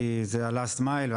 כי זה ה- לאסט מייל (הקילומטר האחרון),